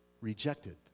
rejected